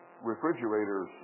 refrigerators